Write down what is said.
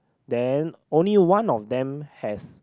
then only one of them has